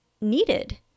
needed